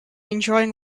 enjoying